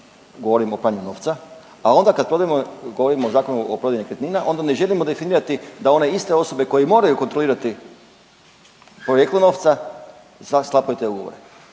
govorimo o pranju novca, a onda kad prodajemo, govorimo o Zakonu o prodaji nekretnina, onda ne želimo definirati da one iste osobe koje moraju kontrolirati porijeklo novca, sklapaju te ugovore